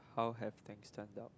how have things turned out